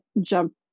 jump